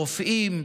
רופאים,